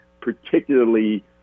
particularly